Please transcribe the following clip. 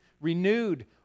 renewed